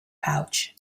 pouch